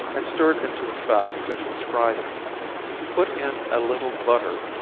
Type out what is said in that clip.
and stir it into the fat the fish was fried in put in a little butter,